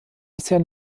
bisher